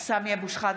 (קוראת בשמות חברי הכנסת): סמי אבו שחאדה,